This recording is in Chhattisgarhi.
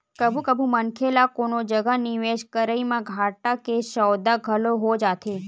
कभू कभू मनखे ल कोनो जगा निवेस करई म घाटा के सौदा घलो हो जाथे